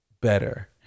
better